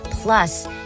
Plus